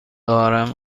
دارم